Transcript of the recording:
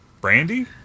Brandy